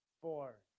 Four